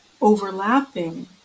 overlapping